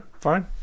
fine